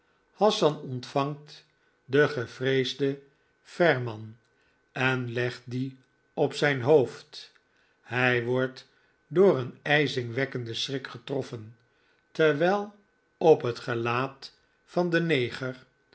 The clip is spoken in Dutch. hassan ontvangt den gevreesden ferman en legt dien op zijn hoofd hij wordt door een ijzingwekkenden schrik getroffen terwijl op het gelaat van den neger